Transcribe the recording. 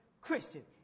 Christian